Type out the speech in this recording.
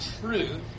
truth